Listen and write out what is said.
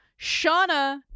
Shauna